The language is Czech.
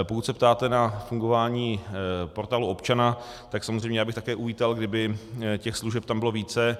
Pokud se ptáte na fungování Portálu občana, tak samozřejmě já bych také uvítal, kdyby těch služeb tam bylo více.